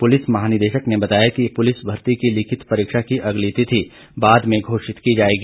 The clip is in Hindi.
पुलिस महा निदेशक ने बताया कि पुलिस भर्ती की लिखित परीक्षा की अगली तिथि बाद में घोषित की जाएगी